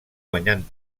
guanyant